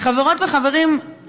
חברות וחברים,